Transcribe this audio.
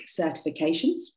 certifications